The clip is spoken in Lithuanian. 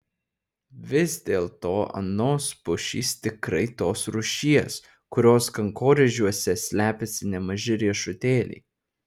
vis dėlto anos pušys tikrai tos rūšies kurios kankorėžiuose slepiasi nemaži riešutėliai